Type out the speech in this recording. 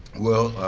well,